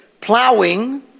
plowing